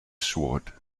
sword